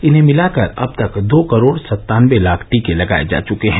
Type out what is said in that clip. इन्हें मिलाकर अब तक दो करोड सत्तानबे लाख टीके लगाए जा चुके हैं